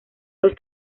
los